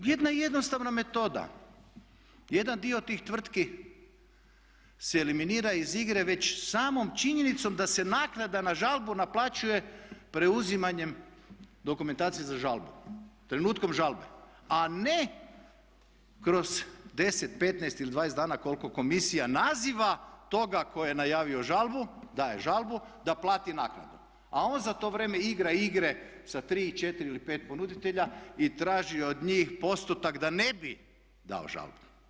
Jedna jednostavna metoda, jedan dio tih tvrtki se eliminira iz igre već samom činjenicom da se naknada na žalbu naplaćuje preuzimanjem dokumentacije za žalbu, trenutkom žalbe a ne kroz 10, 15 ili 20 dana kliko komisija naziva toga tko je najavio žalbu daje žalbu da plati naknadu, a on za to vrijeme igra igre sa tri, četiri ili pet ponuditelja i traži od njih postotak da ne bi dao žalbu.